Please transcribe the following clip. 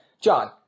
John